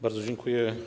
Bardzo dziękuję.